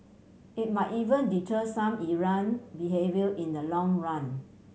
it might even deter some errant behaviour in the long run